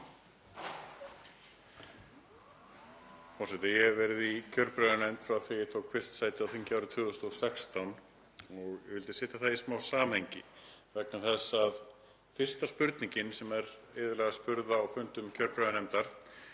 Ég hef verið í kjörbréfanefnd frá því að ég tók fyrst sæti á þingi árið 2016. Ég vildi setja það í smá samhengi vegna þess að fyrsta spurningin sem er iðulega spurt á fundum kjörbréfanefndar